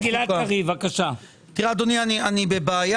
אדוני, אני בבעיה.